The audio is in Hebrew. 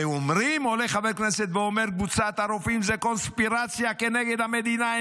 עולה חבר כנסת ואומר: קבוצת הרופאים היא קונספירציה נגד המדינה,